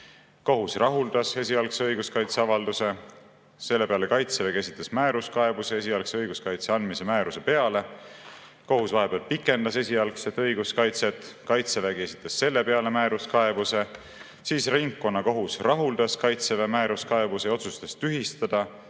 Kohus rahuldas esialgse õiguskaitseavalduse. Selle peale Kaitsevägi esitas määruskaebuse esialgse õiguskaitse andmise määruse peale. Kohus vahepeal pikendas esialgset õiguskaitset, Kaitsevägi esitas selle peale määruskaebuse. Siis ringkonnakohus rahuldas Kaitseväe määruskaebuse ja otsustas tühistada